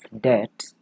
debt